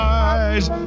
eyes